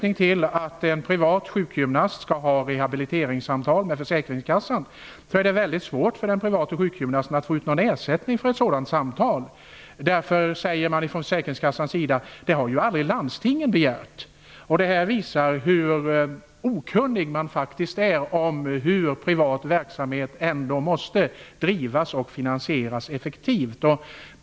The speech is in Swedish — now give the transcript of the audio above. I fall där en privat sjukgymnast skall ha rehabiliteringssamtal med försäkringskassan är det mycket svårt för vederbörande att få ut någon ersättning för detta. Från försäkringskassans sida framhåller man att landstingen aldrig har begärt sådan ersättning. Detta visar hur okunnig man faktiskt är om hur privat verksamhet måste drivas för att finansieras effektivt.